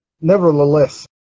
Nevertheless